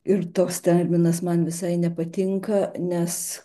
ir toks terminas man visai nepatinka nes